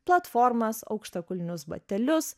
platformas aukštakulnius batelius